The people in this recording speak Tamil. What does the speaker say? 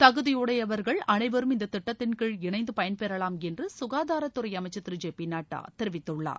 தகுதியுடையவர்கள் அனைவரும் இந்த திட்டத்தின்கீழ் இணைந்து பயன்பெறலாம் என்று ககாதாரத்துறை அமைச்சர் திரு ஜே பி நட்டா தெரிவித்துள்ளார்